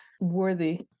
worthy